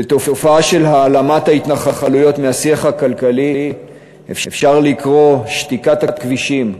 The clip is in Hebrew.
לתופעה של העלמת ההתנחלויות מהשיח הכלכלי אפשר לקרוא "שתיקת הכבישים",